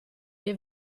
dei